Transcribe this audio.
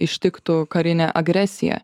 ištiktų karinė agresija